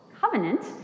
covenant